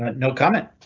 no comment.